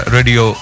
Radio